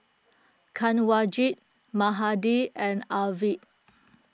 Kanwaljit Mahade and Arvind